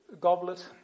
goblet